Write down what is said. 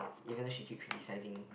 even though she keep criticising